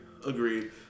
Agreed